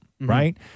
Right